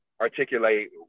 articulate